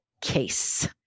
case